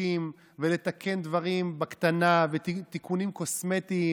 חוקים ולתקן דברים בקטנה ותיקונים קוסמטיים,